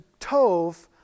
Tov